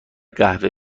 قهوه